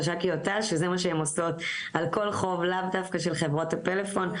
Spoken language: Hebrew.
וזה מה שהן עושות על כל חוב לאו דווקא של חברות הפלאפון.